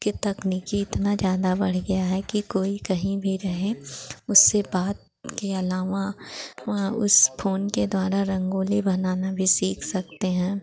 की तकनीक इतनी ज़्यादा बढ़ गई है कि कोई कहीं भी रहे उससे बात के अलावा वहाँ उस फोन के द्वारा रंगोली बनाना भी सीख सकते हैं